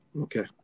Okay